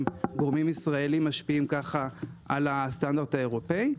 גורמים ישראליים משפיעים כך על הסטנדרט האירופאי.